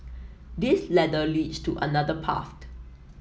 this ladder leads to another path